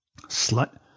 Slut